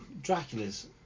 Dracula's